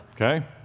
Okay